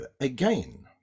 again